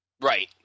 Right